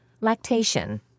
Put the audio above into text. Lactation